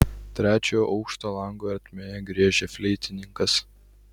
trečiojo aukšto lango ertmėje griežia fleitininkas